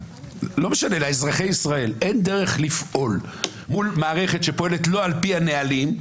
אם לאזרחי ישראל אין דרך לפעול מול מערכת שפועלת לא על פי הנהלים,